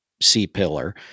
C-pillar